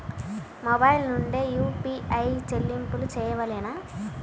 Mobile నుండే UPI చెల్లింపులు చేయవలెనా?